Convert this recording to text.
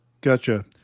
gotcha